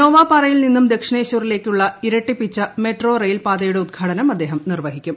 നോവാപാറയിൽ നിന്നും ദക്ഷിണേശ്വറിലേക്കുള്ള ഇരട്ടിപ്പിച്ചു മെട്രോ റെയിൽ പാതയുടെ ഉദ്ഘാടനം അദ്ദേഹം നിർവഹിക്കും